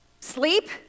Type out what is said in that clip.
Sleep